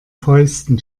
fäusten